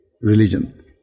religion